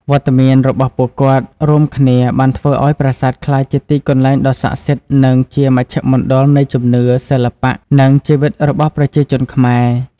វត្តមានរបស់ពួកគាត់រួមគ្នាបានធ្វើឱ្យប្រាសាទក្លាយជាទីកន្លែងដ៏ស័ក្តិសិទ្ធិ និងជាមជ្ឈមណ្ឌលនៃជំនឿ សិល្បៈ និងជីវិតរបស់ប្រជាជនខ្មែរ។